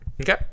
Okay